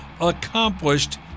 accomplished